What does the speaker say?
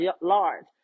large